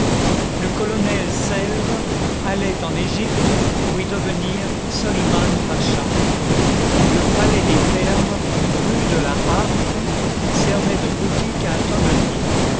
le colonel selves allait en égypte pour y devenir soliman pacha le palais des thermes rue de la harpe servait de boutique à un tonnelier